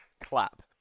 clap